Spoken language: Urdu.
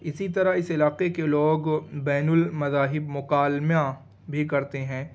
اسی طرح اس علاقے کے لوگ بین المذاہب مکالمہ بھی کرتے ہیں